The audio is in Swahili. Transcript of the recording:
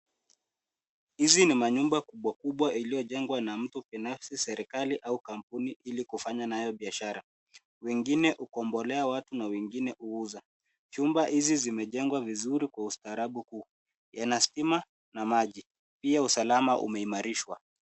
Hizi ni manyumba kubwa kubwa iliyojengwa na mtu binafsi, serikali au kampuni ili kufanya nayo biashara. Wengine hukombolea watu na wengine huuza. Chumba hizi zimejengwa vizuri kwa ustaarabu kuu. Yana stima na maji. Pia usalama umeimarishwa.